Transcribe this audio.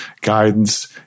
guidance